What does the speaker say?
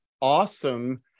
awesome